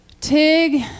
Tig